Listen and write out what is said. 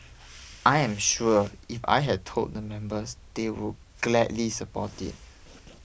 I am sure if I had told the members they would gladly support it